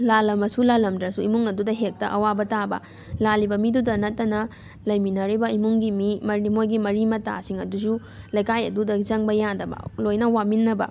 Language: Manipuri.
ꯂꯥꯜꯂꯝꯃꯁꯨ ꯂꯥꯜꯂꯝꯗ꯭ꯔꯝꯁꯨ ꯏꯃꯨꯡ ꯑꯗꯨꯗ ꯍꯦꯛꯇ ꯑꯋꯥꯕ ꯇꯥꯕ ꯂꯥꯜꯂꯤꯕ ꯃꯤꯗꯨꯗ ꯅꯠꯇꯅ ꯂꯩꯃꯤꯟꯅꯔꯤꯕ ꯏꯃꯨꯡꯒꯤ ꯃꯤ ꯃꯣꯏꯒꯤ ꯃꯔꯤ ꯃꯇꯥꯁꯤꯡ ꯑꯗꯨꯁꯨ ꯂꯩꯀꯥꯏ ꯑꯗꯨꯗ ꯆꯪꯕ ꯌꯥꯗꯕ ꯂꯣꯏꯅ ꯋꯥꯃꯤꯟꯅꯕ